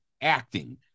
acting